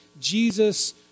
Jesus